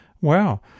Wow